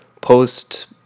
post